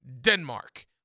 Denmark